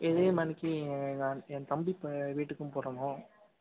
இதே மாதிரிக்கி என் தம்பி அ வீட்டுக்கும் போடணும்